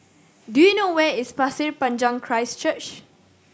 do you know where is Pasir Panjang Christ Church